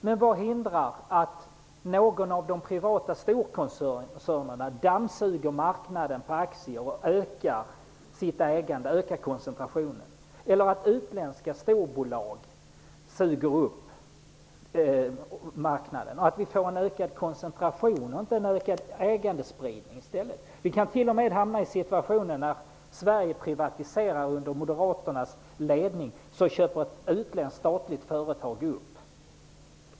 Men vad hindrar att någon av de privata storkoncernerna dammsuger marknaden på aktier och ökar sitt ägande, ökar koncentrationen, eller att utländska storbolag suger upp marknaden? Vi får i stället en ökad koncentration, inte en ökad ägandespridning. Vi kan t.o.m. hamna i den situationen att det Sverige privatiserar under Moderaternas ledning köps upp av ett utländskt statligt företag.